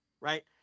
Right